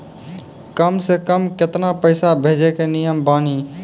कम से कम केतना पैसा भेजै के नियम बानी?